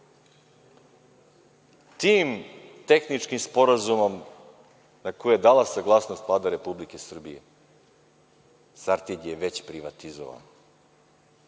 Tim tehničkim sporazumom na koji je dala saglasnost Vlada Republike Srbije „Sartid“ je već privatizovan. Sad